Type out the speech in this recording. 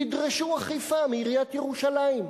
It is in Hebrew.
תדרשו אכיפה מעיריית ירושלים.